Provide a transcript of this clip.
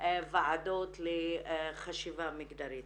ועדות לחשיבה מגדרית.